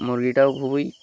মুরগিটাও খুবই